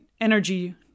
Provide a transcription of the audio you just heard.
energy